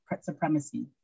supremacy